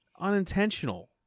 unintentional